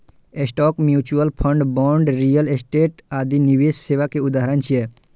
stock, mutual fund, bond, real estate आदि निवेश सेवा के उदाहरण छियै